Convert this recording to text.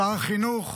שר החינוך,